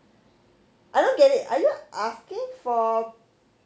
I don't get it are you asking for